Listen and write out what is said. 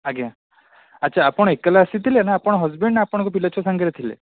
ଆଜ୍ଞା ଆଚ୍ଛା ଆପଣ ଏକେଲା ଆସିଥିଲେ ନା ଆପଣ ହଜ୍ବ୍ୟାଣ୍ଡ୍ ଆପଣଙ୍କ ପିଲାଛୁଆ ସାଙ୍ଗରେ ଥିଲେ